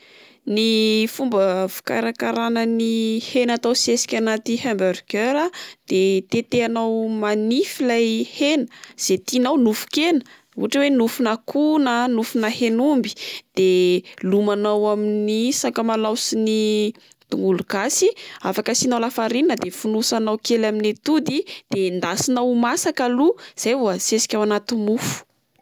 Ny fomba fikarakarana ny hena atao sesika anaty hamburgers a de tetehanao manify ilay hena ze tianao nofo-kena ohatra oe nofona akoho na nofona hen'omby de lomanao amin'ny sakamalaho sy ny tongolo gasy afaka asianao lafarinina de fonosanao kely amin'ny atody de endasina ho masaka aloha zay vao asesika ao anaty mofo.